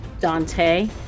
dante